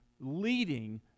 leading